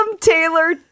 Taylor